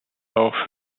auch